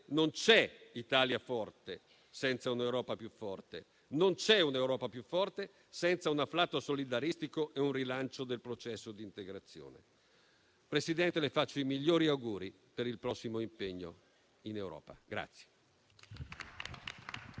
non c'è Italia forte senza un'Europa più forte. Non c'è un'Europa più forte senza un afflato solidaristico e un rilancio del processo di integrazione. Presidente, le faccio i migliori auguri per il prossimo impegno in Europa.